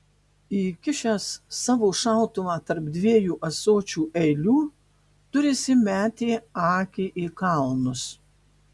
įkišęs savo šautuvą tarp dviejų ąsočių eilių turisi metė akį į kalnus